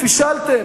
פישלתם,